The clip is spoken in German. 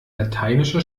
lateinische